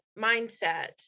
mindset